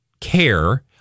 care